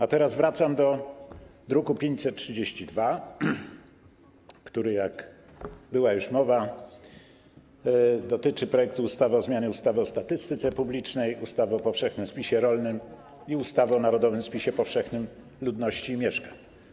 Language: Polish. A teraz wracam do druku nr 532, który dotyczy, jak była już mowa, projektu ustawy o zmianie ustawy o statystyce publicznej, ustawy o powszechnym spisie rolnym i ustawy o narodowym spisie powszechnym ludności i mieszkań.